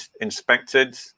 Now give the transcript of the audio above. inspected